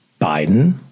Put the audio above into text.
Biden